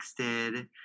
texted